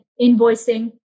invoicing